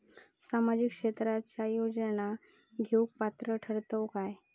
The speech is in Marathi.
सामाजिक क्षेत्राच्या योजना घेवुक पात्र ठरतव काय?